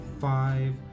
five